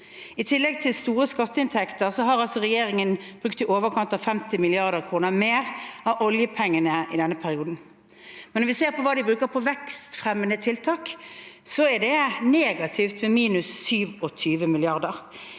I tillegg til store skatteinntekter har regjeringen altså brukt i overkant av 50 mrd. kr mer av oljepengene i denne perioden, men når vi ser på hva de bruker på vekstfremmende tiltak, så er det negativt – minus 27 mrd.